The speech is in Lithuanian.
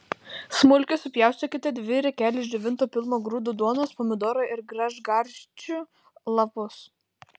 smulkiai supjaustykite dvi riekeles džiovintos pilno grūdo duonos pomidorą ir gražgarsčių lapus